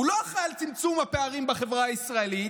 הוא לא אחראי לצמצום הפערים בחברה הישראלית,